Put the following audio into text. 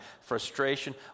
frustration